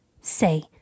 say